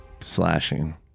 Slashing